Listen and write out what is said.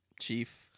chief